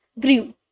grew